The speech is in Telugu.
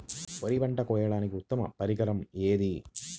వరి పంట కోయడానికి ఉత్తమ పరికరం ఏది?